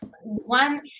one